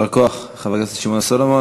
יישר כוח, חבר הכנסת שמעון סולומון.